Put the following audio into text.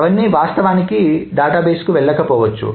అవన్నీ వాస్తవానికి డేటాబేస్ వెళ్ళకపోవచ్చు